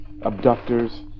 abductors